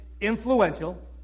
influential